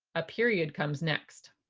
a period comes next.